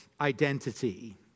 identity